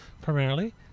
primarily